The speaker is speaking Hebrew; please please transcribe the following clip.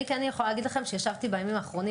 אני כן יכולה להגיד לכם שישבתי בימים האחרונים